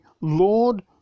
lord